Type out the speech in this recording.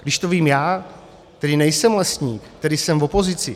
Když to vím já, který nejsem lesník, který jsem v opozici.